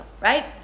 right